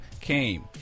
came